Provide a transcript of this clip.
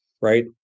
Right